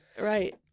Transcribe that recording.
right